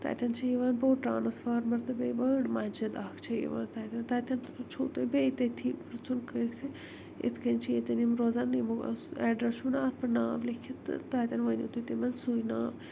تتیٚن چھ یِوان بوٚڑ ٹرانسفارمَر تہٕ بیٚیہِ بٔڑ مَسجِد اکھ چھِ یِوان تتیٚن تَتیٚتھ چھو تۄہہِ بیٚیہِ تٔتۍ تھی پرژھُن کٲنٛسہِ اِتھکنۍ چھِ ییٚتن یِم روزان یمو اوس ایٚڈرس چھو نہ اتھ پیٚٹھ ناو لیٚکھِتھ تہٕ تتیٚن ؤنِو تُہۍ تِمَن سُے ناو